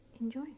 Enjoy